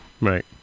Right